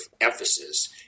emphasis